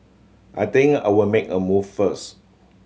I think I'll make a move first